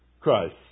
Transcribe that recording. Christ